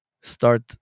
start